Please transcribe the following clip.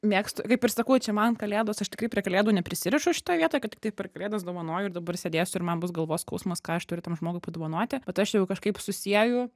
mėgstu kaip ir sakau čia man kalėdos aš tikrai prie kalėdų neprisirišu šitoj vietoj kad tiktai per kalėdas dovanoju ir dabar sėdėsiu ir man bus galvos skausmas ką aš turiu tam žmogui padovanoti bet aš jau kažkaip susieju